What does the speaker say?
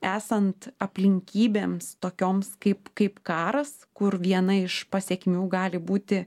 esant aplinkybėms tokioms kaip kaip karas kur viena iš pasekmių gali būti